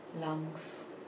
lungs